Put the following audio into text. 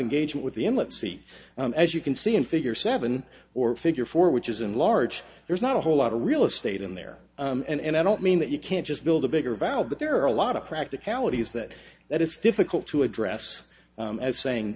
engagement with the m let's see as you can see in figure seven or figure four which isn't large there's not a whole lot of real estate in there and i don't mean that you can't just build a bigger valve but there are a lot of practicalities that that it's difficult to address as saying